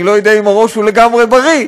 אני לא יודע אם הראש הוא לגמרי בריא,